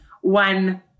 one